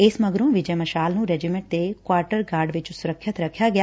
ਇਸ ਮਗਰੋ ਵਿਜੈ ਮਸ਼ਾਲ ਨੁੰ ਰੈਜੀਮੈਟ ਦੇ ਕੁਆਟਰ ਗਾਰਡ ਵਿਚ ਸੁਰੱਖਿਅਤ ਰਖਿਆ ਗਿਆ